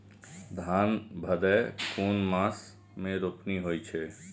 धान भदेय कुन मास में रोपनी होय छै?